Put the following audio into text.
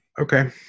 Okay